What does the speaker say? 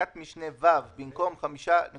בפסקת משנה (ג), במקום "16